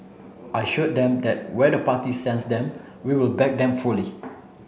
I assured them that where the party sends them we will back them fully